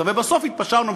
ובסוף התפשרנו,